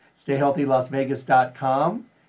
stayhealthylasvegas.com